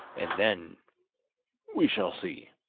and then we shall see